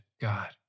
God